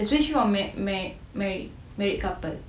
especially for married couple